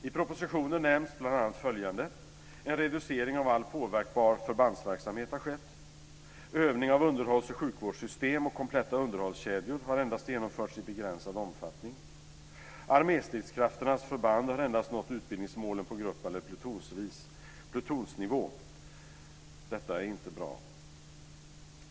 I propositionen nämns bl.a. följande: En reducering av all påverkbar förbandsverksamhet har skett, övning av underhålls och sjukvårdssystem och kompletta underhållskedjor har endast genomförts i begränsad omfattning, arméstridskrafternas förband har endast nått utbildningsmålen på grupp eller plutonsnivå. Detta är inte bra.